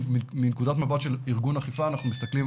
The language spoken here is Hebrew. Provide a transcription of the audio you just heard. מנקודת מבט של ארגון אכיפה אנחנו מסתכלים